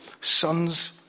sons